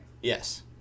Yes